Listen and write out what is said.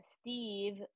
steve